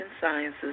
Sciences